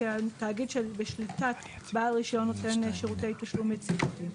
את התאגיד שבשליטת בעל רישיון נותן שירותי תשלום יציבותי.